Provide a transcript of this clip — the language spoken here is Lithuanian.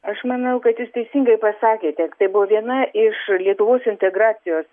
aš manau kad jūs teisingai pasakėte tai buvo viena iš lietuvos integracijos